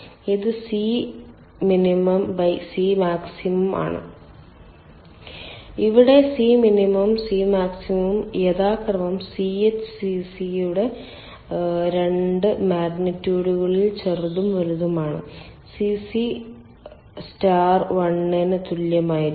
ഇത് C min by C max ആണ് ഇവിടെ C min ഉം C max ഉം യഥാക്രമം Ch Cc യുടെ 2 മാഗ്നിറ്റ്യൂഡുകളിൽ ചെറുതും വലുതുമാണ് cc നക്ഷത്രം 1 ന് തുല്യമായിരിക്കും